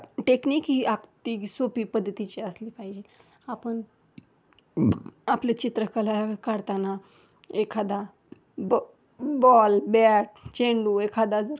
technique ही अगदी सोपी पद्धतीची असली पाहिजे आपण आपले चित्रकला काढताना एखादा ब बॉल बॅट चेंडू एखादा ज